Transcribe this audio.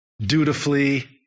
dutifully